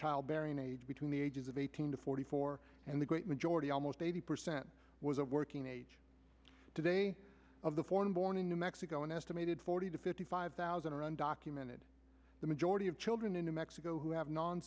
childbearing age between the ages of eighteen to forty four and the great majority almost eighty percent was a working age today of the foreign born in new mexico an estimated forty to fifty five thousand are undocumented the majority of children into mexico who have non